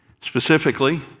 Specifically